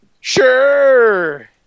Sure